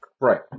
Right